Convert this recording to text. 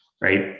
Right